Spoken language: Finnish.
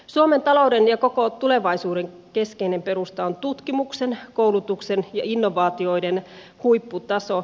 suomen talouden ja koko tulevaisuuden keskeinen perusta on tutkimuksen koulutuksen ja innovaatioiden huipputaso